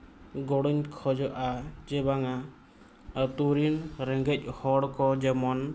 ᱜᱚᱲᱚᱧ ᱠᱷᱚᱡᱚᱜᱼᱟ ᱡᱮ ᱵᱟᱝᱟ ᱟᱛᱳ ᱨᱮᱱ ᱨᱮᱸᱜᱮᱡ ᱦᱚᱲ ᱠᱚ ᱡᱮᱢᱚᱱ